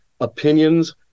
opinions